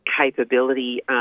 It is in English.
capability